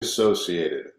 associated